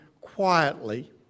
quietly